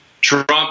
trump